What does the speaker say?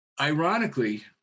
ironically